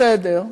בסדר.